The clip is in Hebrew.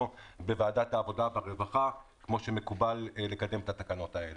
בוועדת העבודה כמו שמקובל לקדם את התקנות האלו.